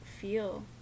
feel